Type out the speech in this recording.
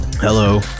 Hello